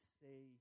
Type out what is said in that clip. say